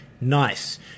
Nice